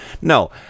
No